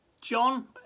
John